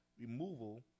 removal